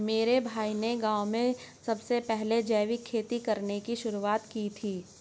मेरे भाई ने गांव में सबसे पहले जैविक खेती करने की शुरुआत की थी